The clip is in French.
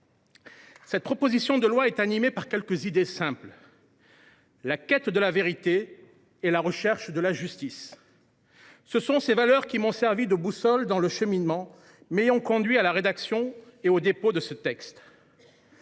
Cette proposition de loi s’appuie sur deux idées simples : la quête de la vérité et la recherche de la justice. Telles sont les valeurs qui m’ont servi de boussole dans le cheminement m’ayant conduit à la rédaction et au dépôt de ce texte.